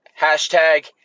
Hashtag